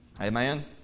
Amen